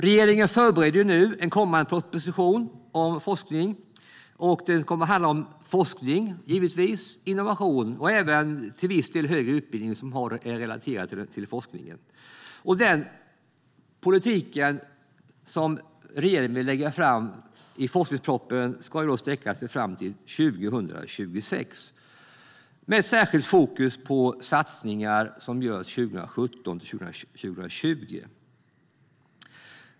Regeringen förbereder nu den kommande propositionen om forskning. Den kommer att handla om forskning, givetvis, innovation och till viss del högre utbildning som är relaterad till forskning. Den politik som regeringen lägger fram i forskningspropositionen sträcker sig fram till 2026, med särskilt fokus på satsningar som görs 2017-2020.